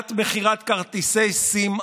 מניעת מכירת כרטיסי סים אנונימיים.